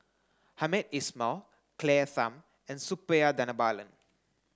Hamed Ismail Claire Tham and Suppiah Dhanabalan